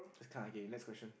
this is kinda gay next question